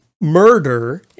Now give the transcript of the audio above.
murder